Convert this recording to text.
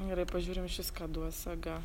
pažiūrim iš vis ką duos saga